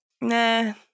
Nah